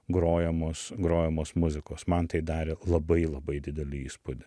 grojamos grojamos muzikos man tai darė labai labai didelį įspūdį